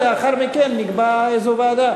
ולאחר מכן נקבע איזו ועדה.